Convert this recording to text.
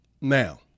Now